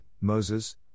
Moses